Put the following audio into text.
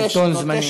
חילופי שלטון זמניים.